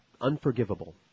Unforgivable